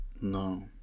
No